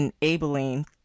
enabling